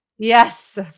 Yes